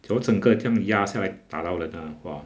只要整个这样压下来打到人 ah !wah!